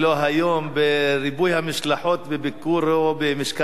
בריבוי המשלחות בביקור במשכן הכנסת,